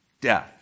death